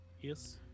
Yes